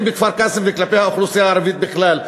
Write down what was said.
בכפר-קאסם וכלפי האוכלוסייה הערבית בכלל.